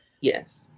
Yes